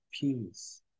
Peace